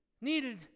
needed